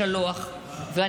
שלושה כתבי אישום חמורים.